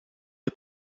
der